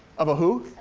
of a who?